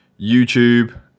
YouTube